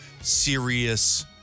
serious